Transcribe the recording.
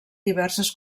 diverses